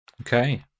Okay